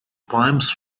poems